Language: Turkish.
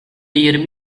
yirmi